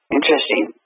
Interesting